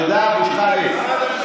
תודה, אבו שחאדה.